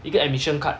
you get admission card